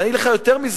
ואני אגיד לך יותר מזה,